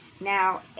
Now